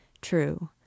True